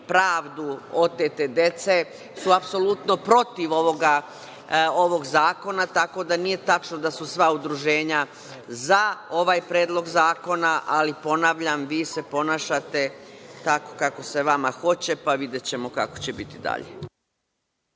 pravdu otete dece su apsolutno protiv ovog zakona, tako da nije tačno da su sva udruženja za ovaj predlog zakona, ali ponavljam, vi se ponašate tako kako se vama hoće, pa videćemo kako će biti dalje.